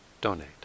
donate